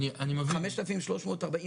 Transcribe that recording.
אני מייצג את הרשימה המשותפת.